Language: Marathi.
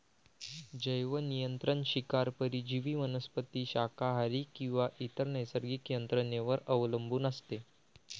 जैवनियंत्रण शिकार परजीवी वनस्पती शाकाहारी किंवा इतर नैसर्गिक यंत्रणेवर अवलंबून असते